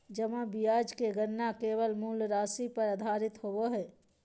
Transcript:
जमा ब्याज के गणना केवल मूल राशि पर आधारित होबो हइ